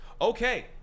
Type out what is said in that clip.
Okay